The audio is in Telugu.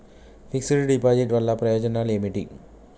ఫిక్స్ డ్ డిపాజిట్ వల్ల ప్రయోజనాలు ఏమిటి?